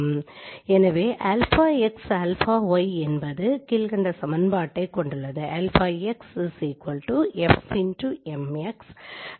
எனவே αx αy என்பது கீழ்கண்ட சமன்பாட்டை கொண்டுள்ளது